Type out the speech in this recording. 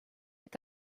est